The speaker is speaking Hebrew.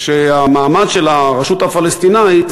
שהמעמד של הרשות הפלסטינית